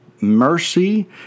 mercy